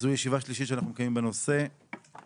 זוהי ישיבה שלישית שאנחנו מקיימים בנושא החשוב,